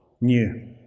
new